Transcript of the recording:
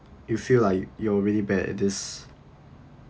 you feel like you're really bad at this